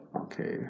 Okay